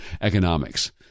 economics